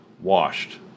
washed